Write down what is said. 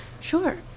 Sure